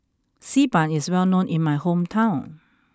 Xi Ban is well known in my hometown